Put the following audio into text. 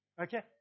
Okay